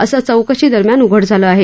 असं चौकशीदरम्यान उघड झालं आहे